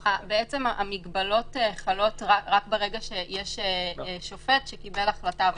המגבלות חלות רק כאשר יש שופט שקיבל החלטה.